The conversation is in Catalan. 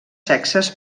sexes